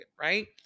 right